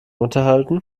unterhalten